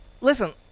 listen